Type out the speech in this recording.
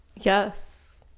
Yes